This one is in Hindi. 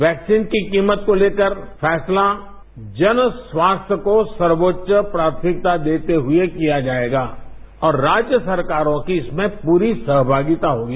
वैक्सीन की कीमत को लेकर फैसला जन स्वास्थ्य को सर्वोच्च प्राथमिकता देते हुए किया जाएगा और राज्य सरकारों की इसमें पूरी सहभागिता होगी